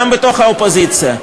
גם בתוך האופוזיציה,